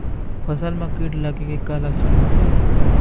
फसल म कीट लगे के का लक्षण होथे?